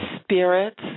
spirits